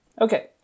okay